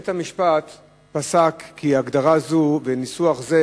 בית-המשפט פסק כי הגדרה זו וניסוח זה,